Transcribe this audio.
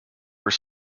were